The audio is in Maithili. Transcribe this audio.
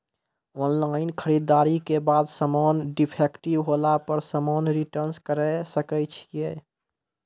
ऑनलाइन खरीददारी के बाद समान डिफेक्टिव होला पर समान रिटर्न्स करे सकय छियै?